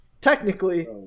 technically